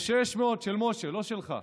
של משה, לא שלך.